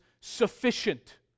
sufficient